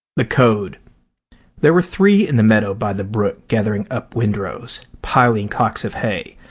the code there were three in the meadow by the brook gathering up windrows, piling cocks of hay,